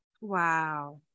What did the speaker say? Wow